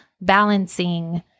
balancing